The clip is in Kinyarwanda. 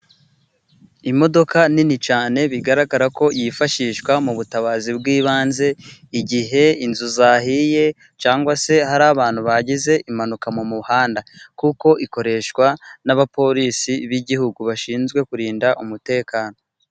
Imodoka nini cyane bigaragara ko yifashishwa mu butabazi bw'ibanze igihe inzu zahiye, cyangwa se hari abantu bagize impanuka mu muhanda, kuko ikoreshwa n'abapolisi b'igihugu bashinzwe kurinda umutekano.